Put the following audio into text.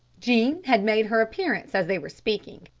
jean had made her appearance as they were speaking.